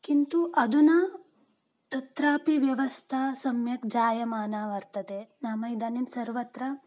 किन्तु अधुना तत्रापि व्यवस्था सम्यक् जायमाना वर्तते नाम इदानीं सर्वत्र